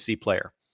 player